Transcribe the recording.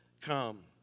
come